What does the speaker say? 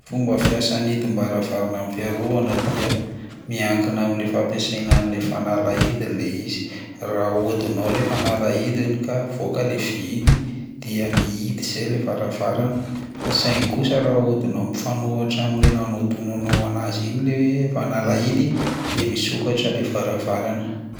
Fomba fiasan'ny hidim-baravarana amin'ny fiarovana dia miankina amin'le fampiasaina an'ilay fanalahidiny ilay izy, raha ahodinao lay fanalahidiny ka mivoaka lay vy iny dia mihidy zay lay varavarana fa saingy kosa raha ahodinao mifanohatra amin'ilay nanodonanao anazy iny lay fanalahidy de misokatra le varavarana.